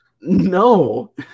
no